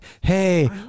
hey